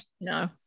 No